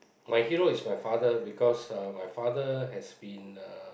my hero is my father because uh my father has been uh